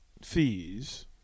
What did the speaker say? fees